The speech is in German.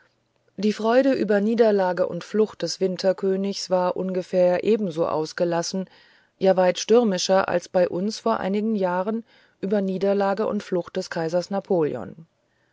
die freude über niederlage und flucht des winterkönigs war als ungefähr ebenso ausgelassen ja weit stürmischer als bei uns vor einigen jahren über niederlage und flucht des kaisers napoleon